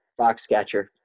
Foxcatcher